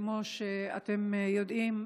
כמו שאתם יודעים,